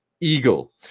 Eagle